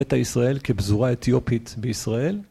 את הישראל כפזורה אתיופית בישראל?